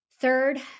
third